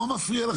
מה מפריע לך?